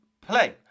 Play